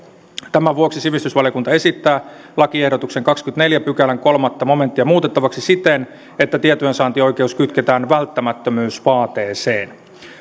tämän vuoksi sivistysvaliokunta esittää lakiehdotuksen kahdennenkymmenennenneljännen pykälän kolmas momenttia muutettavaksi siten että tietojensaantioikeus kytketään välttämättömyysvaateeseen